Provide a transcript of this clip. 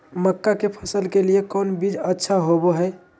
मक्का के फसल के लिए कौन बीज अच्छा होबो हाय?